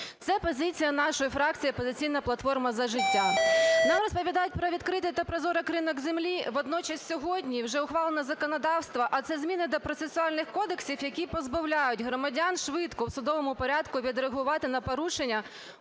Це позиція нашої фракції "Опозиційна платформа – За життя". Нам розповідають про відкритий та прозорий ринок землі, водночас сьогодні вже ухвалено законодавство, а це зміни до процесуальних кодексів, які позбавляють громадян швидко в судовому порядку відреагувати на порушення